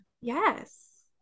Yes